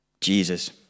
Jesus